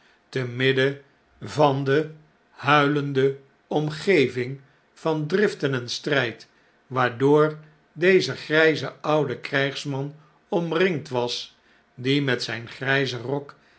te midden van de huilende omgeving van driften en strjd waardoor deze grijze oude krijgsman omringd was die met znn grpen rok